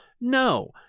No